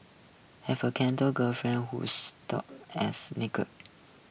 have a canto girlfriend who's tough as